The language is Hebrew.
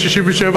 ב-67',